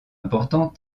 importants